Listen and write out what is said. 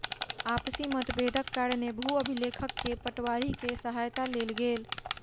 आपसी मतभेदक कारणेँ भू अभिलेखक लेल पटवारी के सहायता लेल गेल